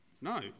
No